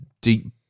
deep